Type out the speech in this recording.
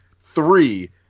three